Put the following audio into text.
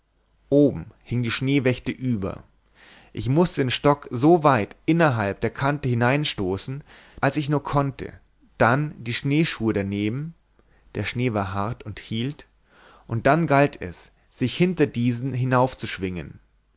oben hing die schneewächte über ich mußte den stock so weit innerhalb der kante hineinstoßen als ich nur konnte dann die schneeschuhe daneben der schnee war hart und hielt und dann galt es sich hinter diesen